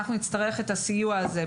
נצטרך את הסיוע הזה.